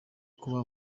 kuba